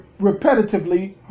repetitively